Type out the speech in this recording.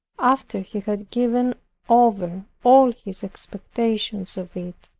after he had given over all his expectations of it,